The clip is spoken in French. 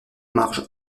marge